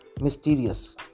Mysterious